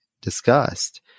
discussed